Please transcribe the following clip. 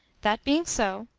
that being so,